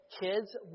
Kids